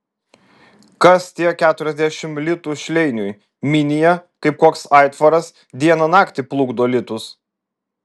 kas tie keturiasdešimt litų šleiniui minija kaip koks aitvaras dieną naktį plukdo litus